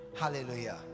Hallelujah